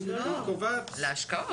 להשקעות.